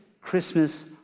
Christmas